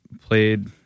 played